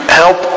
help